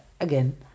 again